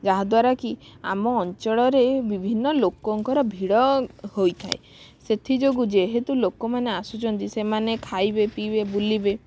ଯାହା ଦ୍ବାରା କି ଆମ ଅଞ୍ଚଳରେ ବିଭିନ୍ନ ଲୋକଙ୍କର ଭିଡ଼ ହୋଇଥାଏ ସେଥି ଯୋଗୁଁ ଯେହେତୁ ଲୋକମାନେ ଆସୁଛନ୍ତି ସେମାନେ ଖାଇବେ ପିଇବେ ବୁଲିବେ